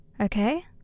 Okay